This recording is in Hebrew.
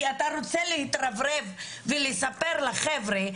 כי אתה רוצה להתרברב ולספר לחבר'ה,